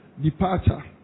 departure